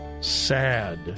sad